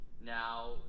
now